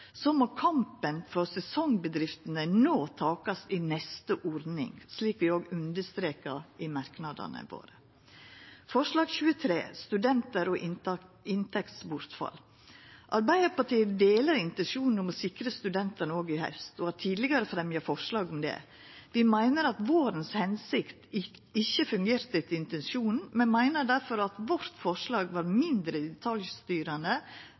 må kampen for sesongbedriftene no takast i neste ordning, slik vi òg understreka i merknadene våre. Når det gjeld forslag nr. 23, om studentar og inntektsbortfall: Arbeidarpartiet deler intensjonen om å sikra studentane òg i haust, og vi har tidlegare fremja forslag om det. Vi meiner at hensikta i vår ikkje fungerte etter intensjonen, og meiner difor at forslaget vårt var mindre detaljstyrande,